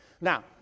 Now